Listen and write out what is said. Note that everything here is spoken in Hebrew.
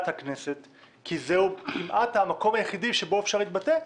הכנסת כי זהו כמעט המקום היחידי שבו אפשר להתבטא.